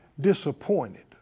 disappointed